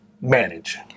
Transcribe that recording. manage